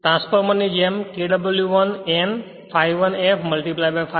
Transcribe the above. transformer ની જેમ Kw1 N ∅1 f ∅r